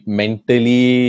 mentally